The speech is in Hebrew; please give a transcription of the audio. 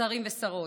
שרים ושרות,